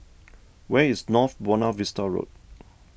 where is North Buona Vista Road